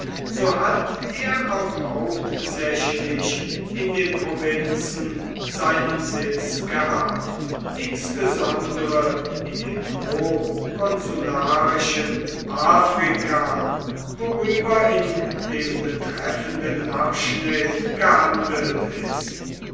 so hat er auch hauptsächlich in den provinzen seinen sitz gehabt insbesondere in dem prokonsularischen afrika worüber in dem betreffenden abschnitt gehandelt ist